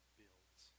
builds